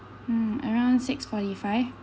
mm around six forty five